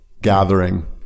gathering